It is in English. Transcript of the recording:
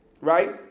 right